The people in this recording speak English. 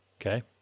Okay